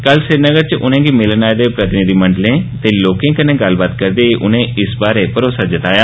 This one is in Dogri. कल श्रीनगर च उनेंगी मिलन आए दे प्रतिनिधिमंडलें ते लोकें कन्नै गल्लबात करदे होई उनें इस बारे भरोसा जताया